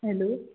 hello